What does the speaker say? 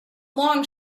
long